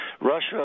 Russia